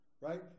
right